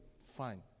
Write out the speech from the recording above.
Fine